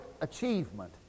achievement